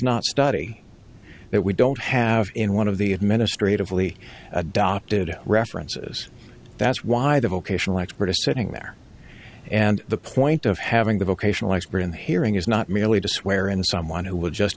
not study that we don't have in one of the administratively adopted references that's why the vocational expert is sitting there and the point of having the vocational expert in the hearing is not merely to swear in someone who would just